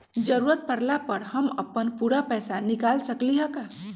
जरूरत परला पर हम अपन पूरा पैसा निकाल सकली ह का?